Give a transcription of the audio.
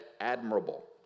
admirable